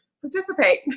participate